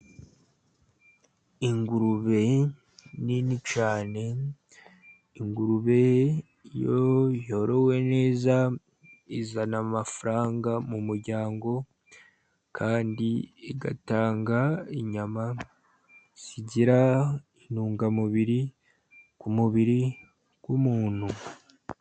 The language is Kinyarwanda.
Ingurube nini cyane. Ingurube iyo yorowe neza izana amafaranga mu muryango, kandi igatanga inyama zigira intungamubiri ku mubiri w'umuntu.